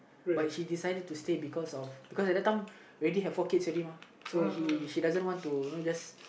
but she decided to stay because of because at that time already have four kids already uh so he so she didn't want to you know just